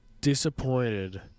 disappointed